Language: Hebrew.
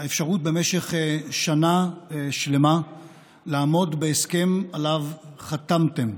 האפשרות במשך שנה שלמה לעמוד בהסכם שעליו חתמתם,